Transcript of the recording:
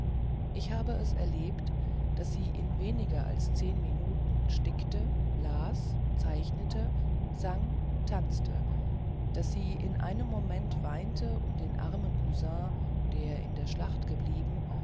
ich hab es erlebt daß sie in weniger als zehn minuten stickte las zeichnete sang tanzte daß sie in einem moment weinte um den armen cousin der in der schlacht geblieben